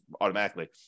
automatically